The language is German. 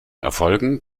erfolgen